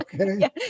okay